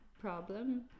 problem